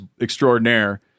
extraordinaire